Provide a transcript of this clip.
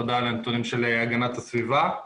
תודה על הנתונים של הגנת הסביבה.